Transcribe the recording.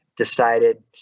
Decided